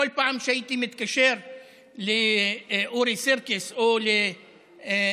בכל פעם שהייתי מתקשר לאורי סירקיס או לאחרים